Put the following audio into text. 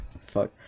fuck